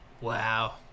Wow